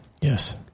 Yes